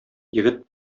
егет